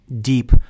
deep